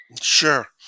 Sure